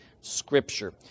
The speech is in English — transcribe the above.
Scripture